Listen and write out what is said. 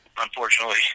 unfortunately